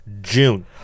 June